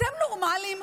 אתם נורמליים?